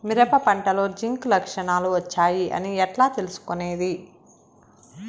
మిరప పంటలో జింక్ లక్షణాలు వచ్చాయి అని ఎట్లా తెలుసుకొనేది?